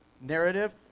narrative